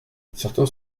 certains